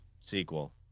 sequel